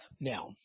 now